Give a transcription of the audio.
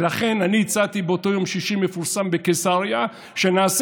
ולכן אני הצעתי באותו יום שישי מפורסם בקיסריה שנעשה,